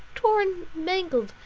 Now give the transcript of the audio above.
torn, mangled,